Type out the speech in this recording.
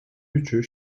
üçü